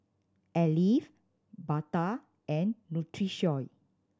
alive Bata and Nutrisoy